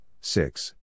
six